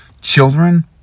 children